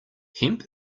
hemp